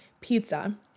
pizza